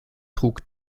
trug